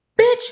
Bitch